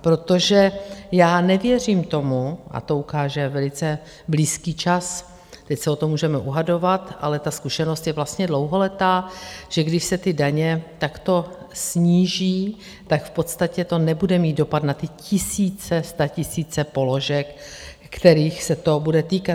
Protože já nevěřím tomu, a to ukáže velice blízký čas, teď se o to můžeme dohadovat, ale ta zkušenost je vlastně dlouholetá, že když se ty daně takto sníží, tak v podstatě to nebude mít dopad na ty tisíce, statisíce položek, kterých se to bude týkat.